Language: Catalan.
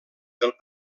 del